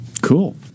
Cool